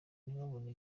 ntibabone